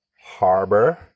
harbor